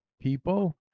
people